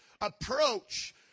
approach